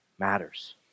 matters